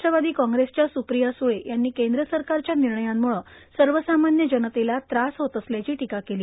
राष्ट्रवापी काँग्रेसच्या सुप्रिया सुळे यांनी केंद्र सरकारच्या निर्णयांमुळे सर्वसामान्य जनतेला त्रास होत असल्याची टीका केली